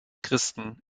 christen